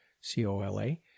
c-o-l-a